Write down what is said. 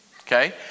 Okay